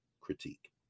critique